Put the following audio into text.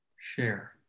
share